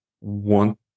want